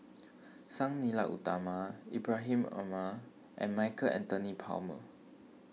Sang Nila Utama Ibrahim Omar and Michael Anthony Palmer